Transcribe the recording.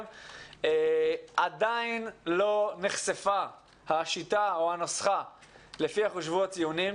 עדיין לא נחשפה הנוסחה לפיה חושבו הציונים.